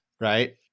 right